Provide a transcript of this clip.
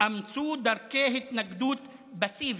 "אמצו דרכי התנגדות פסיבית,